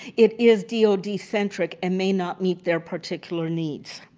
it is dod-centric and may not meet their particular needs.